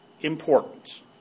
importance